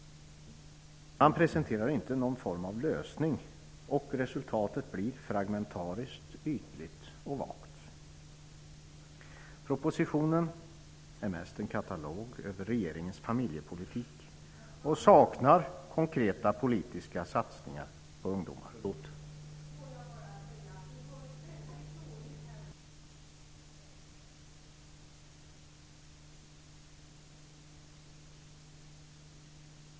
Man presenterar inte någon form av lösning. Resultatet blir därför fragmentariskt ytligt och vagt. Propositionen är mest en katalog över regeringens familjepolitik och saknar konkreta politiska satsningar för ungdomar.